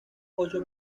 ocho